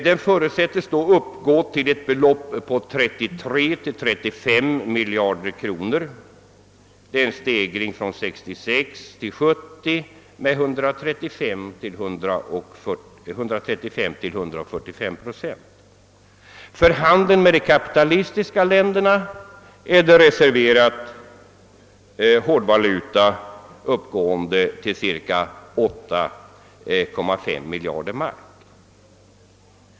Den förutsättes då uppgå till ett belopp på 33 å 35 miljarder mark, alltså en stegring från 1966 till 1970 på 135—145 procent. För handeln med de kapitalistiska industriländerna är det reserverat hårdvaluta uppgående till cirka 8,5 miljarder mark.